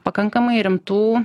pakankamai rimtų